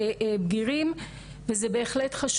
יש פה היקפים אדירים,